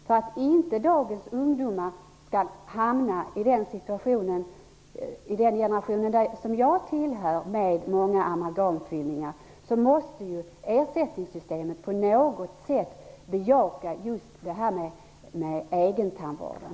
För att inte dagens ungdomar skall hamna i en situation med många amalgamfyllningar, som den generation som jag tillhör, måste ersättningsystemet på något sätt bejaka egentandvården.